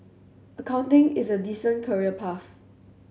accounting is a decent career path